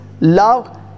love